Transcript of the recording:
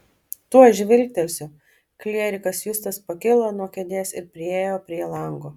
tuoj žvilgtelsiu klierikas justas pakilo nuo kėdės ir priėjo prie lango